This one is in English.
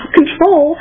control